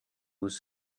was